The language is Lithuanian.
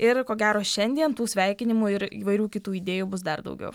ir ko gero šiandien tų sveikinimų ir įvairių kitų idėjų bus dar daugiau